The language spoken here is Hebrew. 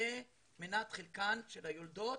יהיה מנת חלקן של היולדות